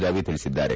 ರವಿ ತಿಳಿಸಿದ್ದಾರೆ